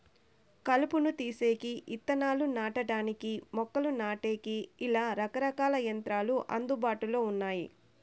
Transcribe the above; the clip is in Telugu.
కలుపును తీసేకి, ఇత్తనాలు నాటడానికి, మొక్కలు నాటేకి, ఇలా రకరకాల యంత్రాలు అందుబాటులో ఉన్నాయి